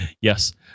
Yes